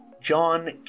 John